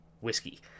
whiskey